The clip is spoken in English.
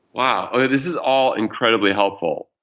wow, this is all incredibly helpful.